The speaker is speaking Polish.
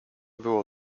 było